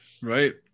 Right